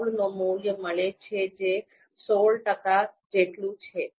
૧૬ નો મૂલ્ય મળે છે જે સોળ ટકા જેટલું છે